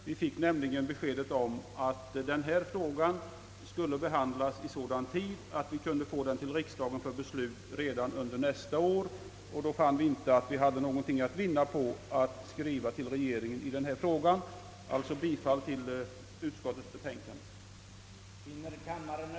Vi fick nämligen beskedet att frågan skulle behandlas i sådan tid att vi kunde få den till riksdagen redan under nästa år. Då fann vi, att vi inte hade något att vinna på att skriva till Kungl. Maj:t i ärendet. Jag hemställer alltså om bifall till utskottets betänkande.